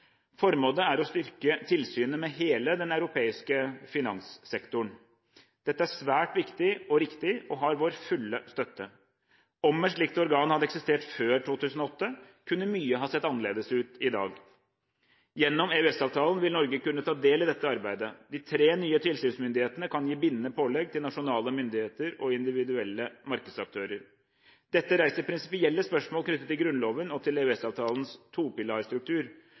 Formålet er å styrke tilsynet med hele den europeiske finanssektoren. Dette er svært viktig og riktig, og har vår fulle støtte. Om et slikt organ hadde eksistert før 2008, kunne mye ha sett annerledes ut i dag. Gjennom EØS-avtalen vil Norge kunne ta del i dette arbeidet. De tre nye tilsynsmyndighetene kan gi bindende pålegg til nasjonale myndigheter og individuelle markedsaktører. Dette reiser prinsipielle spørsmål knyttet til Grunnloven og til EØS-avtalens topilarstruktur.